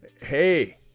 Hey